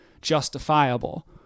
justifiable